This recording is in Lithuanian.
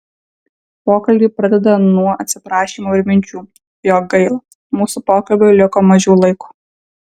pokalbį pradeda nuo atsiprašymų ir minčių jog gaila mūsų pokalbiui liko mažiau laiko